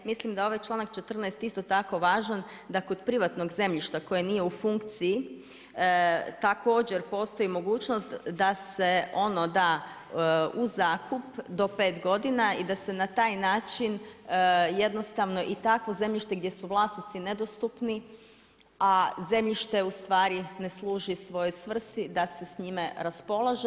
Mislim da ovaj čl.14. isto tako važan, da kod privatnog zemljišta koje nije u funkciji, također postoji mogućnost, da se ono da u zakup do 5 godina i da se na taj način jednostavno i takvo zemljište gdje su vlasnici nedostupni, a zemljište ustvari ne služi svojoj svrsi, da se s njime raspolaže.